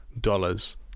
Dollars